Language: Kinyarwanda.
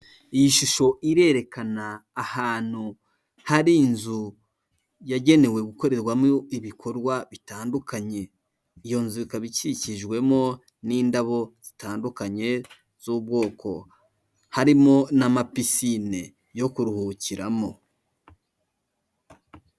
Iyi shusho irerekana ahantu hari inzu yagenewe gukorerwamo ibikorwa bitandukanye, iyo nzu ikaba ikikijwemo n'indabo zitandukanye z'ubwoko harimo n'amapicine yo kuruhukiramo.